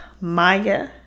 Maya